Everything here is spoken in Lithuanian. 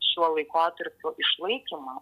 šiuo laikotarpiu išlaikymą